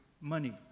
money